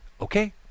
okay